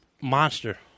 Monster